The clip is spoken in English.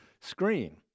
screen